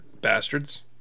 Bastards